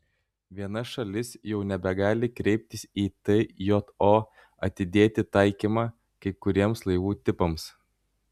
viena šalis jau nebegali kreiptis į tjo atidėti taikymą kai kuriems laivų tipams